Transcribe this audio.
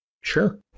Sure